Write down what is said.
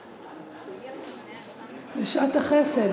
חוק ומשפט נתקבלה.